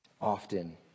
Often